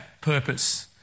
purpose